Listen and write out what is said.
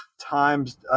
Times